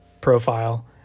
profile